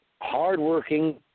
hardworking